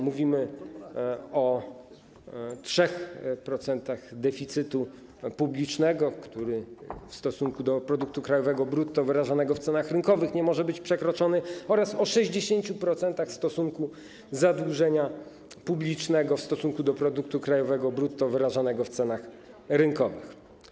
Mówimy o 3% deficytu publicznego, który w stosunku do produktu krajowego brutto wyrażanego w cenach rynkowych nie może być przekroczony, oraz o 60% stosunku zadłużenia publicznego do produktu krajowego brutto wyrażanego w cenach rynkowych.